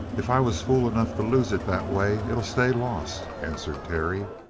if i was fool enough to lose it that way, it'll stay lost, answered terry.